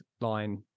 line